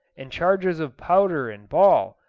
and charges of powder and ball,